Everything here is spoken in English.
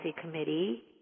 committee